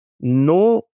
No